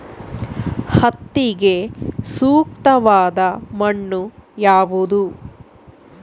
ಹತ್ತಿಗೆ ಸೂಕ್ತವಾದ ಮಣ್ಣು ಯಾವುದು?